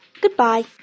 Goodbye